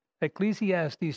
Ecclesiastes